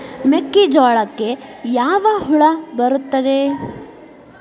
ಮೆಕ್ಕೆಜೋಳಕ್ಕೆ ಯಾವ ಹುಳ ಬರುತ್ತದೆ?